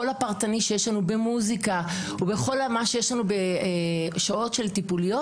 כל הפרטני שיש לנו במוסיקה ובכל מה שיש לנו בשעות טיפוליות,